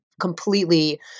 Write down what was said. completely